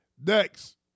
Next